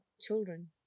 children